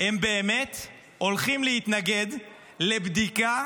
הם באמת הולכים להתנגד לבדיקה